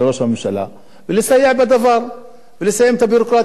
ולסייע בדבר ולסיים את הביורוקרטיה הזאת פעם אחת ולתמיד.